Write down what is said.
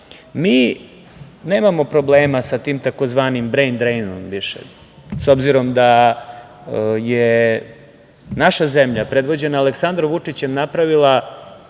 nemamo problema sa tim takozvanim „brend rejnom“ više, s obzirom da je naša zemlja predvođena Aleksandrom Vučićem napravila